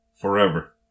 forever